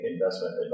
investment